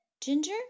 Ginger